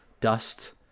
dust